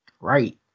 Right